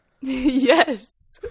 Yes